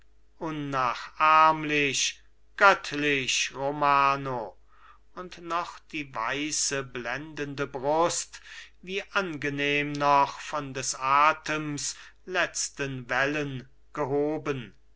unnachahmlich göttlich romano und noch die weiße blendende brust wie angenehm noch von des atems letzten wellen gehoben